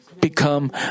become